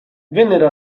vennero